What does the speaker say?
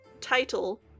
title